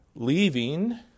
leaving